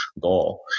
goal